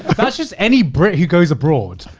that's just any brit who goes abroad,